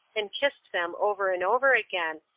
and kissed them over and over again,